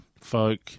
folk